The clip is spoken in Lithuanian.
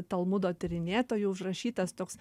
talmudo tyrinėtojų užrašytas toks